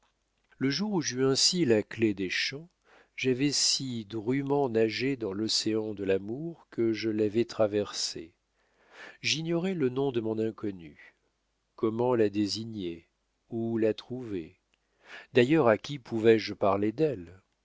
le jour où j'eus ainsi la clef des champs j'avais si drument nagé dans l'océan de l'amour que je l'avais traversé j'ignorais le nom de mon inconnue comment la désigner où la trouver d'ailleurs à qui pouvais-je parler d'elle